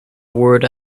word